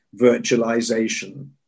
virtualization